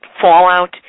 fallout